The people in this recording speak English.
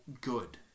good